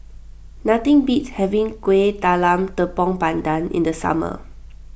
nothing beats having Kuih Talam Tepong Pandan in the summer